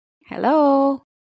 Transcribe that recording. Hello